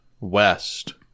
west